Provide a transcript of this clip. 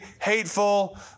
hateful